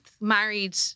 married